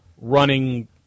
running